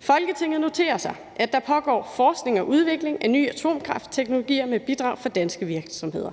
Folketinget noterer sig, at der pågår forskning og udvikling af nye atomkraftteknologier med bidrag fra danske virksomheder.